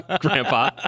grandpa